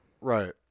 right